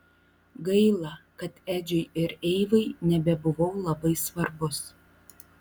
gaila kad edžiui ir eivai nebebuvau labai svarbus